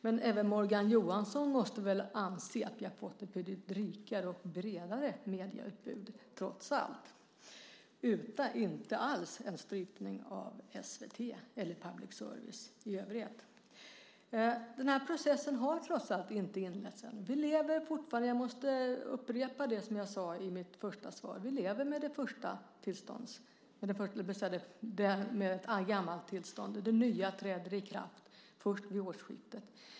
Men även Morgan Johansson måste väl anse att vi trots allt har fått ett rikare och bredare medieutbud - inte alls en strypning av SVT eller public service i övrigt. Den här processen har trots allt inte inletts ännu. Fortfarande lever vi - jag måste upprepa det som jag sade i mitt första svar - med det gamla tillståndet. Det nya träder i kraft först vid årsskiftet.